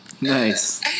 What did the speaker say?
Nice